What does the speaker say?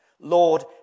Lord